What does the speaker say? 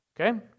Okay